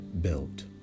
built